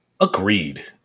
Agreed